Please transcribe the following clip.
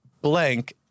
blank